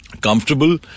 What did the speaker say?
Comfortable